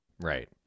Right